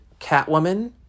Catwoman